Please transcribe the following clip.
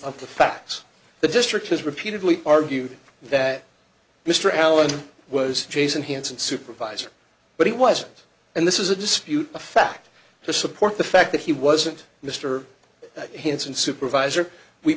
of the facts the district has repeatedly argued that mr allen was jason hanson supervisor but he wasn't and this is a dispute a fact to support the fact that he wasn't mr hanson supervisor we